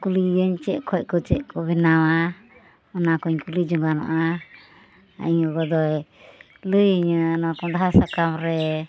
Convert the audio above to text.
ᱠᱩᱞᱤᱭᱮᱧᱟᱹᱧ ᱪᱮᱫ ᱠᱷᱚᱱ ᱪᱮᱫ ᱠᱷᱚᱱ ᱠᱚ ᱵᱮᱱᱟᱣᱼᱟ ᱚᱱᱟᱠᱩᱧ ᱠᱩᱞᱤ ᱡᱚᱝᱟᱱᱚᱜᱼᱟ ᱟᱨ ᱤᱧ ᱜᱚᱜᱚᱫᱚᱭ ᱞᱟᱹᱭ ᱟᱹᱧᱟᱹ ᱠᱷᱚᱱᱰᱷᱟ ᱥᱟᱠᱟᱢ ᱨᱮ